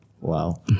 Wow